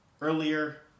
earlier